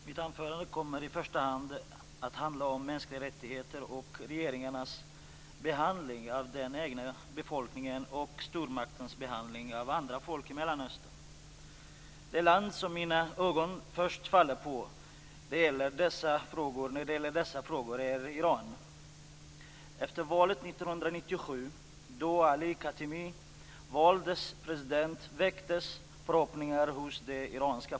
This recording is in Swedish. Fru talman! En 15-årig tibetansk pojke sköts till döds av kinesiska gränspoliser då han försökte fly ur landet. Ytterligare en jämnårig pojke skadades. De tillhörde båda en grupp på omkring 40 personer som hade tänkt gå över bergen till Nepal. Yeshe Dundrub, som den döde pojken hette, ville skaffa sig en tibetansk utbildning och bli munk.